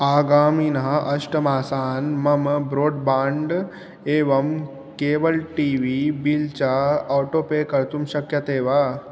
आगामिनः अष्टमासान् मम ब्रोड्बाण्ड् एवं केवल् टी वी बिल् च आटो पे कर्तुं शक्यते वा